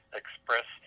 express